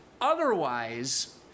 otherwise